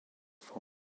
four